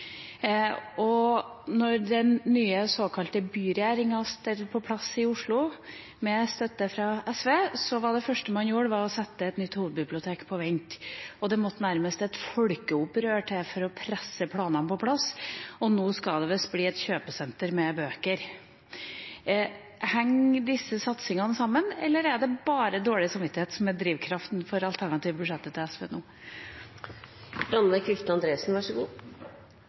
den nye såkalte byregjeringa var på plass i Oslo med støtte fra SV, var det første man gjorde, å sette et nytt hovedbibliotek på vent. Det måtte nærmest et folkeopprør til for å presse planene på plass. Nå skal det visst bli et kjøpesenter med bøker. Henger disse satsingene sammen, eller er det bare dårlig samvittighet som er drivkraften for det alternative budsjettet til SV